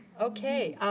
okay.